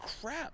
crap